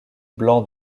blanc